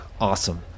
awesome